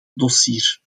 dossier